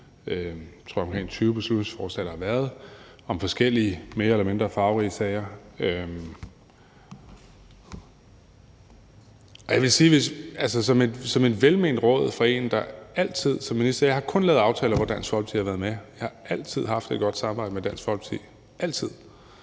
de, tror jeg, omkring 20 beslutningsforslag, der har været, om forskellige mere eller mindre farverige sager. Som et velment råd fra en, der altid som minister kun har lavet aftaler, hvor Dansk Folkeparti har været med, og altid har haft et godt samarbejde med Dansk Folkeparti – altid